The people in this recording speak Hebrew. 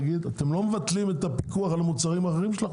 אתם לא מבטלים את הפיקוח על מוצרים אחרים.